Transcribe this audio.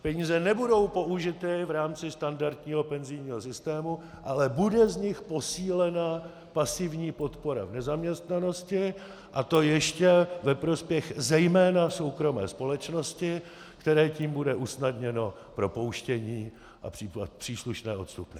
Peníze nebudou použity v rámci standardního penzijního systému, ale bude z nich posílena pasivní podpora v nezaměstnanosti, a to ještě ve prospěch zejména soukromé společnosti, které tím bude usnadněno propouštění a příslušné odstupné.